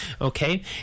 Okay